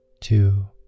two